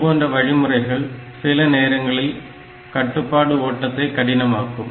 இதுபோன்ற வழிமுறைகள் சில நேரங்களில் கட்டுப்பாடு ஓட்டத்தை கடினமாகும்